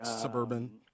suburban